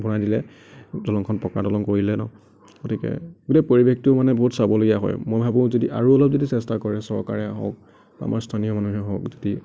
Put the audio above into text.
বনাই দিলে দলংখন পকা দলং কৰিলে ন গতিকে গোটেই পৰিৱেশটো মানে বহুত চাবলগীয়া হয় মই ভাবোঁ যদি আৰু অলপ যদি চেষ্টা কৰে চৰকাৰে হওঁক আমাৰ স্থানীয় মানুহে হওঁক যদি